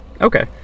Okay